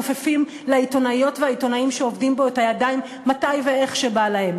מכופפים לעיתונאיות ולעיתונאים שעובדים בו את הידיים מתי ואיך שבא להם.